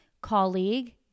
colleague